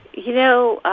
you know,